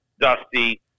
dusty